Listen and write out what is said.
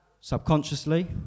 subconsciously